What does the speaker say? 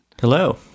Hello